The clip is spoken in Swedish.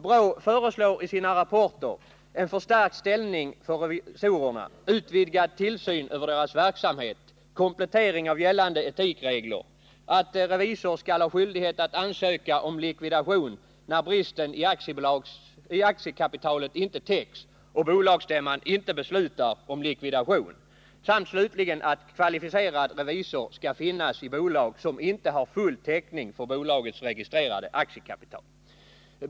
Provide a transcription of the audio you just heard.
BRÅ föreslår i sina rapporter en förstärkt ställning för revisorerna, utvidgad tillsyn över deras verksamhet, komplettering av gällande etikregler, att revisor skall ha skyldighet att ansöka om likvidation när bristen i aktiekapitalet inte täcks och bolagsstämman inte beslutar om likvidation samt att kvalificerad revisor skall finnas i bolag som inte har full täckning för bolagets registrerade aktiekapital.